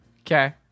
Okay